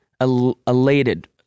elated